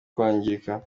kwangirika